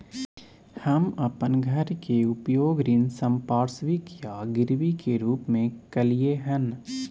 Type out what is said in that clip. हम अपन घर के उपयोग ऋण संपार्श्विक या गिरवी के रूप में कलियै हन